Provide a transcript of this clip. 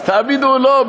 תאמינו או לא,